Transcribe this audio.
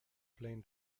plain